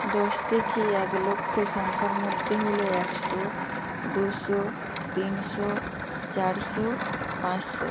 দশ থেকে এক লক্ষ সংখ্যার মধ্যেহলো একশো দুশো তিনশো চারশো পাঁচশো